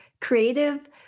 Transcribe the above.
creative